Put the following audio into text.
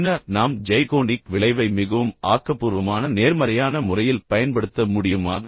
பின்னர் நாம் ஜைகோனிக் விளைவை மிகவும் ஆக்கபூர்வமான நேர்மறையான முறையில் பயன்படுத்த முடியுமா